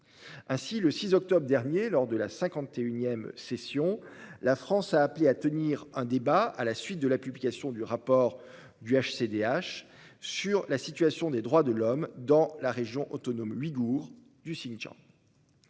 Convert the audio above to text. Ainsi, le 6 octobre dernier, lors de la 51 session du CDH, la France a appelé à tenir un débat à la suite de la publication du rapport du HCDH sur la situation des droits de l'homme dans la région autonome ouïghoure du Xinjiang.